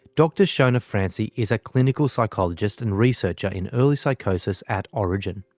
dr shona francey is a clinical psychologist and researcher in early psychosis at orygen.